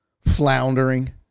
floundering